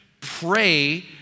pray